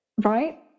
right